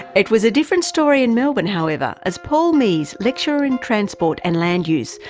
it was a different story in melbourne however, as paul mees, lecturer in transport and land use,